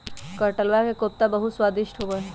कटहलवा के कोफ्ता बहुत स्वादिष्ट होबा हई